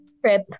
trip